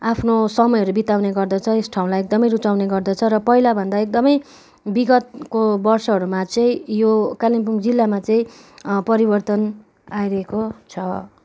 आफ्नो समयहरू बिताउने गर्दछ यस ठउँलाई एकदमै रुचाउने गर्दछ र पहिलाभन्दा एकदमै बिगतको वर्षहरूमा चाहिँ यो कालिम्पोङ जिल्लामा चाहिँ परिवर्तन आइरहेको छ